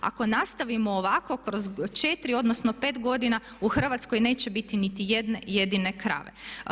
Ako nastavimo ovako kroz 4, odnosno 5 godina u Hrvatskoj neće biti niti jedne jedine krave.